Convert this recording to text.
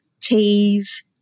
teas